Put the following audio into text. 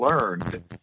learned